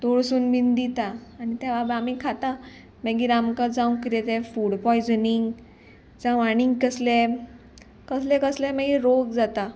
तोळसून बीन दिता आनी त्या बाबा आमी खाता मागीर आमकां जावं कितें तें फूड पॉयजनींग जावं आनीक कसलें कसलें कसलें मागीर रोग जाता